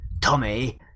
Tommy